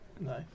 no